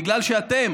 בגלל שאתם